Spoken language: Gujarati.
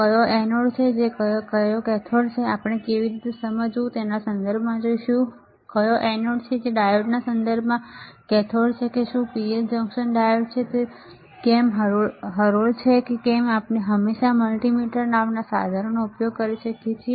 કયો એનોડ છે જે કેથોડ છે તે આપણે કેવી રીતે સમજવું તેના સંદર્ભમાં જોઈશું કયો એનોડ છે જે ડાયોડના સંદર્ભમાં કેથોડ છે કે શું પીએન જંકશન ડાયોડ છે કે કેમ તે દોરી છે કે કેમ તે આપણે હંમેશા મલ્ટિમીટર નામના સાધનનો ઉપયોગ કરી શકીએ છીએ